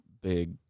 big